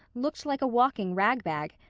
looked like a walking rag-bag.